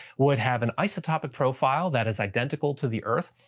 would have an isotopic profile that is identical to the earth,